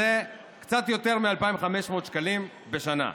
זה קצת יותר מ-2,500 שקלים בשנה,